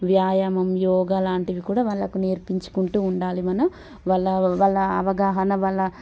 వ్యాయామం యోగా లాంటివి కూడా వాళ్ళకు నేర్పించుకుంటూ ఉండాలి మనం వల్ల వాళ్ళ అవగాహన వల్ల